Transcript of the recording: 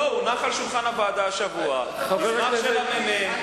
לא, הונח על שולחן הוועדה השבוע מסמך של הממ"מ.